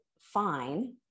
fine